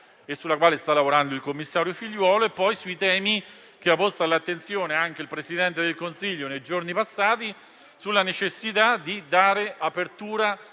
e sulla quale sta lavorando il commissario Figliuolo. Ed è stata poi posta l'attenzione anche dal Presidente del Consiglio nei giorni passati sulla necessità di aprire